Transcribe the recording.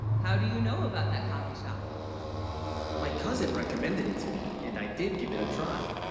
how, do you know, about that coffee shop my cousin, recommended it to me and i did give it a. try,